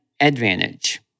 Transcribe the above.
advantage